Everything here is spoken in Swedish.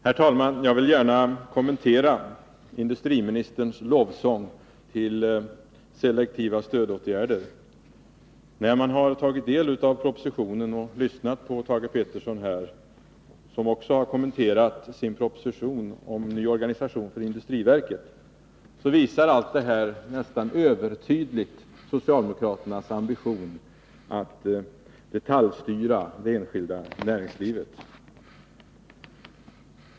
Herr talman! Jag vill gärna kommentera industriministerns lovsång till selektiva stödåtgärder. När man tar del av propositionen och när man lyssnar på Thage Peterson, som också kommenterade sin proposition om ny organisation för industriverket, framgår av allt detta nästan övertydligt socialdemokraternas ambition att detaljstyra det enskilda näringslivet.